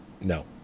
No